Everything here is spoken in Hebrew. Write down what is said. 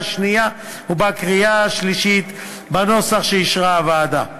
שנייה ובקריאה שלישית בנוסח שאישרה הוועדה.